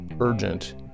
urgent